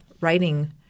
writing